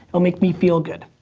it'll make me feel good.